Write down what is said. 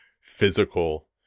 physical